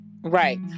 right